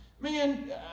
Man